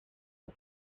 are